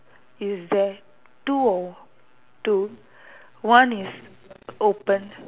is there two or two one is open